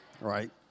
right